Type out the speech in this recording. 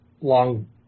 long